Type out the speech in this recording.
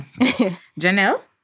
Janelle